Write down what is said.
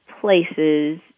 places